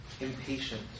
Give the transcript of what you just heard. Impatient